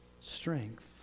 Strength